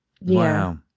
Wow